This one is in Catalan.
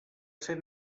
ser